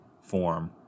form